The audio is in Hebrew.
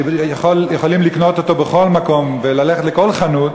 שיכולים לקנות אותו בכל מקום וללכת לכל חנות,